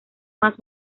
más